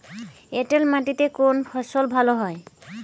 এঁটেল মাটিতে কোন ফসল ভালো হয়?